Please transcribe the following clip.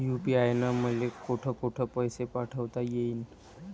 UPI न मले कोठ कोठ पैसे पाठवता येईन?